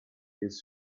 this